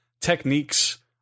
techniques